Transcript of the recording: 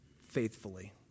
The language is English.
faithfully